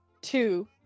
Two